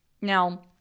Now